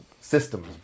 systems